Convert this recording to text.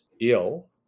ill